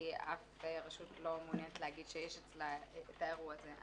כי הרשות לא מעוניינת להגיד שיש אצלה את האירוע הזה.